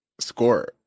Score